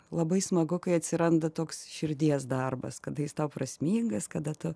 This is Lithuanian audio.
labai smagu kai atsiranda toks širdies darbas kada jis tau prasmingas kada tu